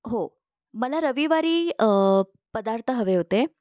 हो मला रविवारी पदार्थ हवे होते